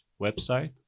website